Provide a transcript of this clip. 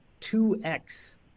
2x